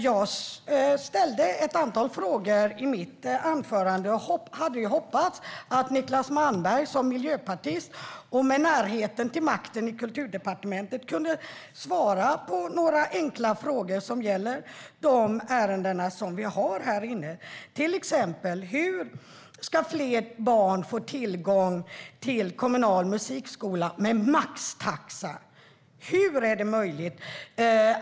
Jag ställde ett antal frågor i mitt anförande, och jag hoppades att miljöpartisten Niclas Malmberg, med närheten till makten i Kulturdepartementet, kunde svara på några enkla frågor. Hur ska fler barn få tillgång till kommunal musikskola med maxtaxa?